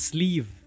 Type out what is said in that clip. Sleeve